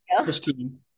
Christine